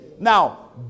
Now